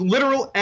Literal